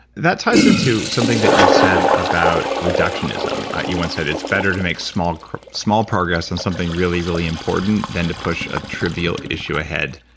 that ties into something that you said about reductionism, you once said, it's better to make small small progress in something really, really important than to push a trivial issue ahead.